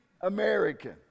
American